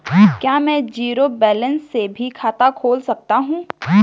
क्या में zero balance से भी खाता खोल सकता हूँ?